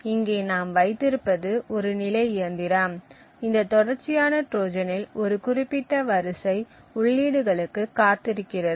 இங்கே நாம் வைத்திருப்பது ஒரு நிலை இயந்திரம் இந்த தொடர்ச்சியான ட்ரோஜனில் ஒரு குறிப்பிட்ட வரிசை உள்ளீடுகளுக்கு காத்திருக்கிறது